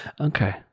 Okay